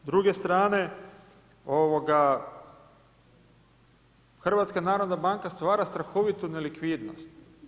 S druge strane HNB stvara strahovitu nelikvidnost.